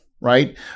right